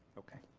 okay.